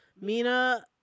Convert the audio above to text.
mina